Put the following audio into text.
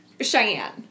Cheyenne